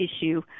issue